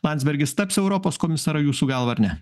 landsbergis taps europos komisaru jūsų galva ar ne